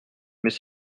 mais